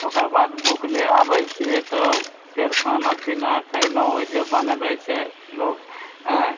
ओकर बाद भूखलै आबैत छियै तऽ फेर खाना पीना खयलहुँ ओहिजे बनबैत छै लोग आयँ